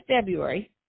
February